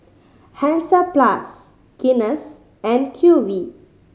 Hansaplast Guinness and Q V